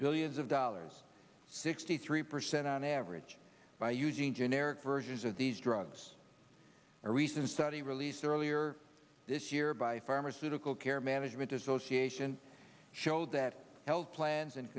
billions of dollars sixty three percent on average by using generic versions of these drugs a recent study released earlier this year by pharmaceutical care management association showed that health plans and